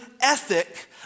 ethic